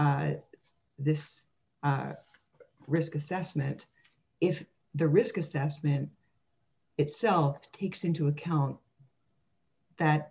this risk assessment if the risk assessment itself takes into account that